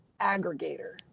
aggregator